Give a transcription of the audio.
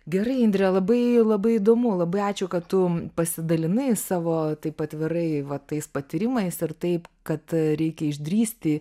gerai indre labai labai įdomu labai ačiū kad tu pasidalinai savo taip atvirai va tais patyrimais ir taip kad reikia išdrįsti